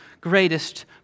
greatest